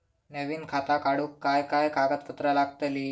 नवीन खाता काढूक काय काय कागदपत्रा लागतली?